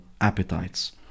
appetites